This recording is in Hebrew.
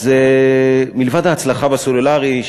אז מלבד ההצלחה בסלולרי,